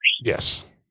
Yes